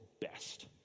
best